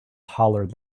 hollered